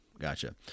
Gotcha